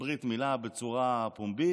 ברית מילה בברית המועצות בצורה פומבית,